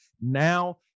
now